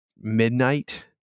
midnight